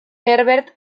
herbert